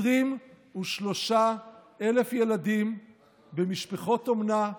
23,000 ילדים במשפחות אומנה,